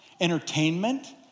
entertainment